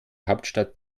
hauptstadt